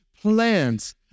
plans